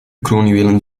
kroonjuwelen